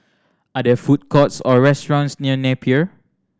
are there food courts or restaurants near Napier